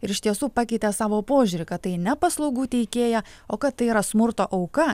ir iš tiesų pakeitė savo požiūrį kad tai ne paslaugų teikėja o kad tai yra smurto auka